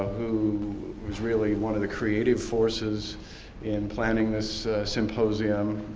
who was really one of the creative forces in planning this symposium.